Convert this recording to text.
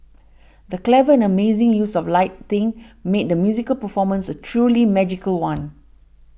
the clever and amazing use of lighting made the musical performance a truly magical one